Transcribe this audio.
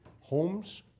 homes